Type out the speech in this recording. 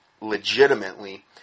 legitimately